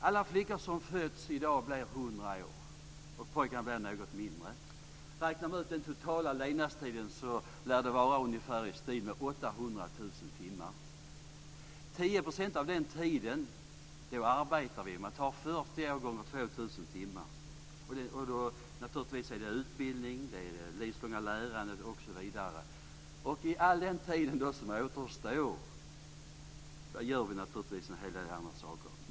Alla flickor som föds i dag blir hundra år. Pojkarna blir något mindre gamla. Räknar man ut den totala levnadstiden lär det vara någonting i stil med 800 000 timmar. 10 % av den tiden arbetar vi, om man tar 40 år gånger 2 000 timmar. Då ingår förstås också utbildningen, det livslånga lärandet osv. Under all den tid som återstår gör vi naturligtvis en hel del andra saker.